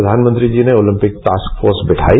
प्रधानमंत्री जी ने ओलंपिक टास्क फोर्स बैठाई